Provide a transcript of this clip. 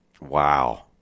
Wow